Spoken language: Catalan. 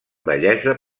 bellesa